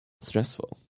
stressful